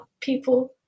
people